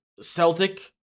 Celtic